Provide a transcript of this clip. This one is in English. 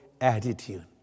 attitude